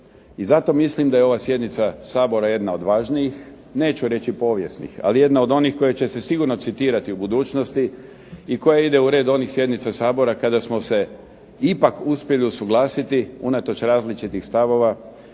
I zato mislim da je ova sjednica Sabora jedna od važnijih, ali jedna od onih koji će se sigurno citirati u budućnosti i koja ide u red onih sjednica Sabora kada smo se ipak uspjeli usuglasiti unatoč različitih stavova